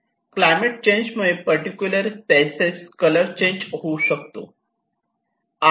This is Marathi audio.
क्लायमेट चेंज मुळे पर्टिक्युलर स्पेसएस कलर चेंज होऊ शकतो